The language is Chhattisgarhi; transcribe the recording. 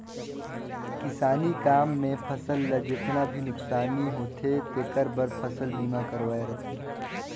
किसानी काम मे फसल ल जेतना भी नुकसानी होथे तेखर बर फसल बीमा करवाये रथें